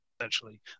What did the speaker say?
essentially